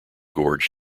gorge